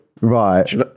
Right